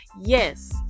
yes